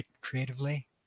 creatively